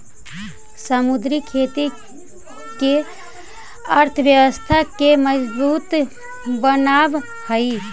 समुद्री खेती देश के अर्थव्यवस्था के मजबूत बनाब हई